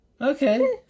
Okay